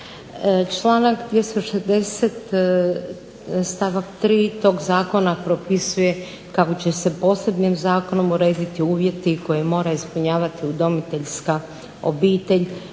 Članak 260 stavak 3. propisuje kako će se posebnim zakonom urediti uvjeti koje mora ispunjavati udomiteljska obitelj,